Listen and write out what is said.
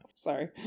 Sorry